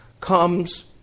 comes